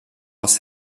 aus